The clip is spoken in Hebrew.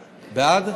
בעד?